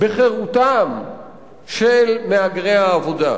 בחירותם של מהגרי העבודה,